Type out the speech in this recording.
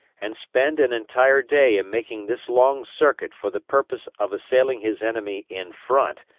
and spend an entire day in making this long circuit for the purpose of assailing his enemy in front,